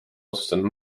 otsustanud